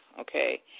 okay